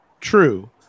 true